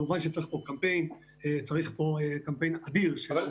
כמובן שצריך פה קמפיין אדיר --- אם